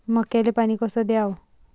मक्याले पानी कस द्याव?